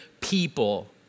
people